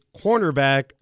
cornerback